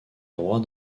droit